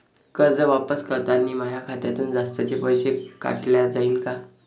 कर्ज वापस करतांनी माया खात्यातून जास्तीचे पैसे काटल्या जाईन का?